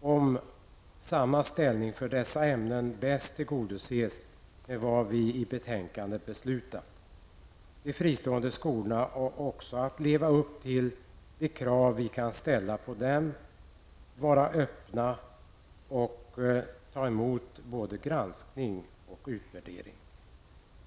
att ge de icke obligatoriska inslagen i skolan samma ställning som övriga ämnen är att följa betänkandets förslag. De fristående skolorna har också att leva upp till de krav vi kan ställa på dem att vara öppna och ta emot både granskning och utvärdering.